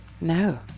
No